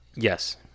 Yes